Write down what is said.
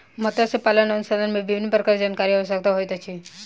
मत्स्य पालन अनुसंधान मे विभिन्न प्रकारक जानकारी के आवश्यकता होइत अछि